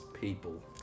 people